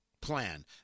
plan